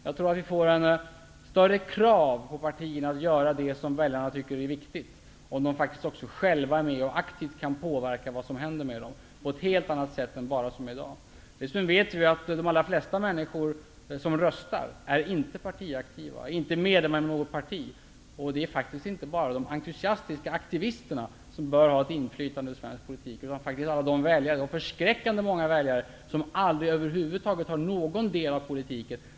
Jag tror att det blir ett hårdare krav på partierna att göra det som väljarna tycker är viktigt, om de själva kan vara med och aktivt påverka det som händer på ett helt annat sätt än i dag. Dessutom vet vi att de allra flesta människor som röstar inte är partiaktiva eller partimedlemmar. Det är inte bara de entusiastiska aktivisterna som bör ha inflytande i svensk politik. Det finns förskräckande många väljare som aldrig över huvud taget tar någon del i politiken.